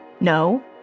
No